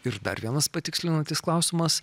ir dar vienas patikslinantis klausimas